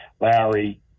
Lowry